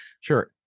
Sure